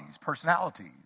personalities